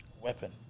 Weapon